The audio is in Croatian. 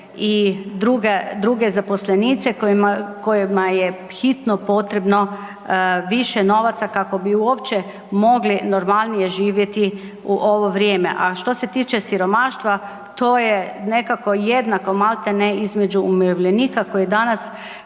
druge zaposlenice kojima je hitno potrebno više novaca kako bi uopće mogli normalnije živjeti u ovo vrijeme. A što se tiče siromaštva to je nekako jednako maltene između umirovljenika koji danas